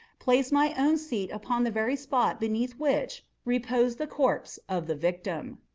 placed my own seat upon the very spot beneath which reposed the corpse of the victim.